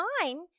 fine